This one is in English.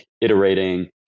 iterating